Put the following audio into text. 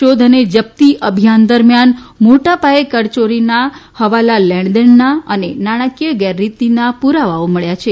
શોધ અને ૈ પ્તી અભિયાન દરમિયાન મોટા પાયે કરચોરીના ફવાલા લેણદેણના અને નાણાંકીય ગેરરીતીના પુરાવાઓ મળ્યા છે